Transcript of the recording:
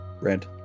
red